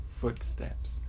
footsteps